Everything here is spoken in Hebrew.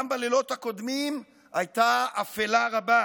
גם בלילות הקודמים הייתה אפלה רבה,